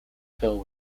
fill